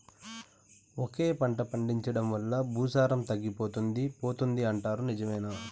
ఒకే పంట పండించడం వల్ల భూసారం తగ్గిపోతుంది పోతుంది అంటారు నిజమేనా